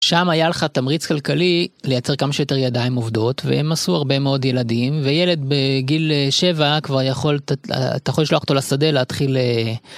שם היה לך תמריץ כלכלי לייצר כמה שיותר ידיים עובדות והם עשו הרבה מאוד ילדים וילד בגיל 7 כבר יכול, אתה יכול לשלוח אותו לשדה להתחיל.